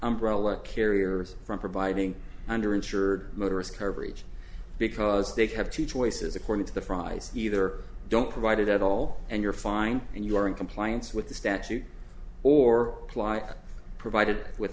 umbrella carriers from providing under insured motorists coverage because they have two choices according to the fry's either don't provide it at all and you're fine and you are in compliance with the statute or ply provided with